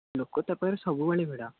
ଲୋକ ତା ପାଖରେ ସବୁବେଳେ ଭିଡ଼